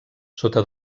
sota